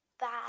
bad